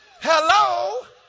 Hello